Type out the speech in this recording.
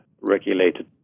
regulated